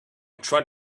tried